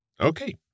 Okay